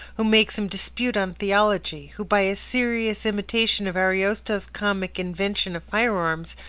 who makes him dispute on theology, who, by a serious imitation of ariosto's comic invention of firearms,